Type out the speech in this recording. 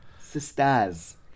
Sisters